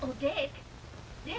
oh yeah